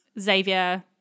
Xavier